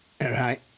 right